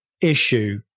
issue